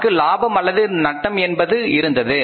நமக்கு லாபம் அல்லது நட்டம் என்பது இருந்தது